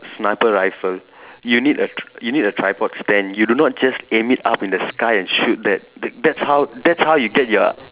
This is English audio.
sniper riffle you need a tr you need a tripod stand you do not just aim it up in the sky and shoot that that that's how that's how you get your